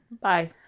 Bye